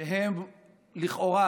שהם לכאורה,